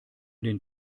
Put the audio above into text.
den